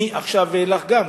מעכשיו ואילך גם,